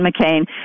McCain